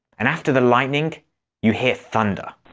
and after the lightning you hear thunder.